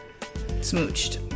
smooched